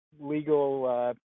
legal